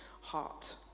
heart